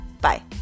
Bye